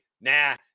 nah